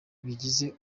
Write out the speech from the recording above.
ibigize